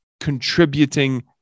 contributing